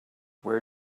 where